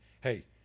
hey